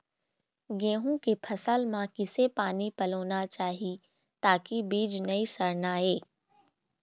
गेहूं के फसल म किसे पानी पलोना चाही ताकि बीज नई सड़ना ये?